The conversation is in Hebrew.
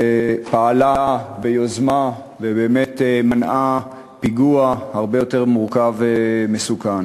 שפעלה ביוזמה ובאמת מנעה פיגוע הרבה יותר מורכב ומסוכן.